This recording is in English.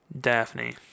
daphne